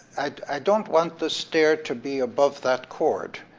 i don't want the stair to be above that cord.